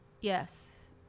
yes